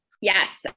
Yes